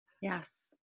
Yes